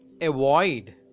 avoid